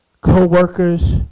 co-workers